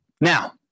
now